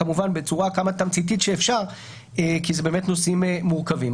כמובן בצורה כמה תמציתית שאפשר כי אלה באמת נושאים מורכבים.